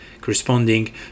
corresponding